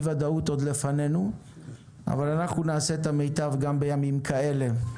הוודאות עוד לפנינו אבל אנחנו נעשה את המיטב גם בימים כאלה.